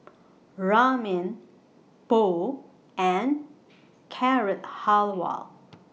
Ramen Pho and Carrot Halwa